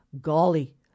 Golly